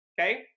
okay